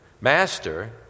Master